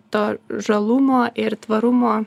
to žalumo ir tvarumo